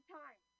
time